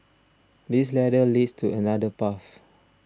this ladder leads to another path